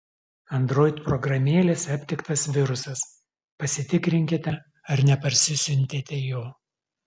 android programėlėse aptiktas virusas pasitikrinkite ar neparsisiuntėte jo